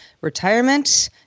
retirement